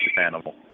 animal